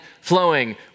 flowing